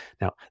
Now